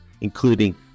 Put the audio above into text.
including